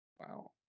Wow